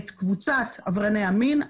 את קבוצת עברייני המין,